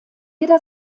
jeder